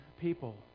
people